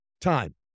time